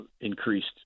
increased